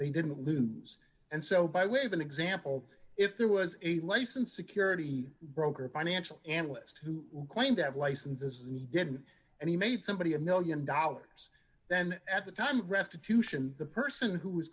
they didn't lose and so by way of an example if there was a license security broker a financial analyst who claimed to have licenses and he didn't and he made somebody a one million dollars then at the time restitution the person who is